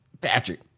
Patrick